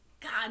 God